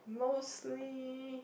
mostly